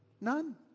None